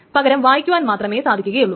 പകരം വായിക്കുവാൻ മാത്രമേ സാധിക്കുകയുള്ളു